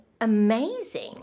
amazing